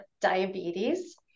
diabetes